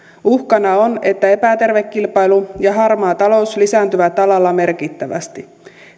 uhkana on että epäterve kilpailu ja harmaa talous lisääntyvät alalla merkittävästi